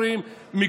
אפילו,